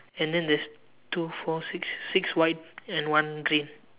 and then there's two four six six white and one green